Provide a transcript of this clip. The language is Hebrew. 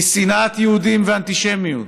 משנאת יהודים ואנטישמיות,